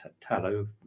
tallow